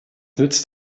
nützt